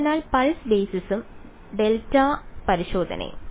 അതിനാൽ പൾസ് ബേസിസും ഡെൽറ്റ പരിശോധനയും